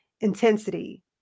intensity